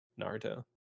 naruto